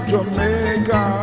Jamaica